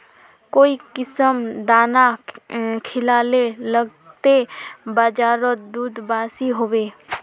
काई किसम दाना खिलाले लगते बजारोत दूध बासी होवे?